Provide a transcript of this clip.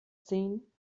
ziehen